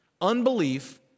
Unbelief